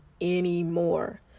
anymore